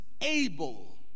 able